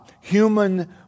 human